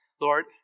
Lord